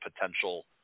potential